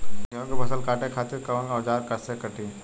गेहूं के फसल काटे खातिर कोवन औजार से कटी?